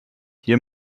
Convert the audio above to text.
hier